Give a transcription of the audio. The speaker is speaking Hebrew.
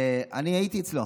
ואני הייתי אצלו.